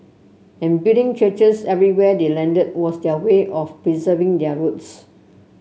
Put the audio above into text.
and building churches everywhere they landed was their way of preserving their roots